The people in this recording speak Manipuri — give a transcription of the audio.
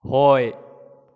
ꯍꯣꯏ